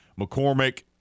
McCormick